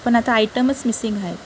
पण आता आयटमच मिसिंग आहेत